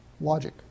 logic